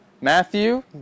Matthew